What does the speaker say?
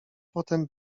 potem